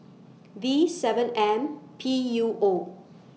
V seven M P U O